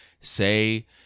say